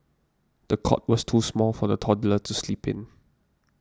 the cot was too small for the toddler to sleep in